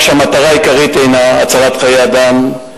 כשהמטרה העיקרית הינה הצלת חיי אדם,